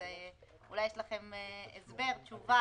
אולי יש לכם הסבר, תשובה.